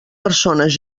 persones